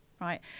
right